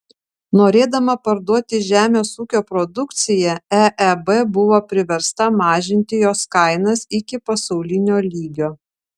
norėdama parduoti žemės ūkio produkciją eeb buvo priversta mažinti jos kainas iki pasaulinio lygio